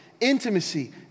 intimacy